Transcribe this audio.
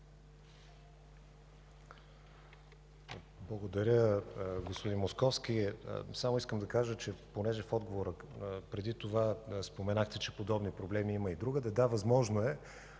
Благодаря, господин Московски. Искам да кажа, понеже в отговора преди това споменахте, че подобни проблеми има и другаде – да, възможно е,